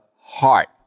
heart